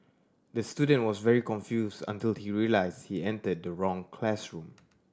the student was very confused until he realised he entered the wrong classroom